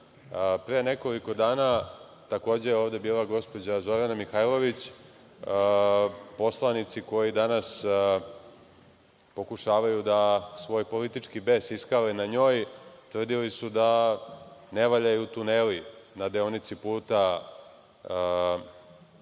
dan. Pre nekoliko dana takođe je ovde bila gospođa Zorana Mihajlović. Poslanici koji danas pokušavaju da svoj politički bes iskale na njoj tvrdili su da ne valjaju tuneli na deonici puta